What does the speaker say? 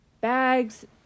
bags